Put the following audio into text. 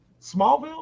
Smallville